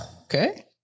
Okay